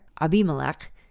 abimelech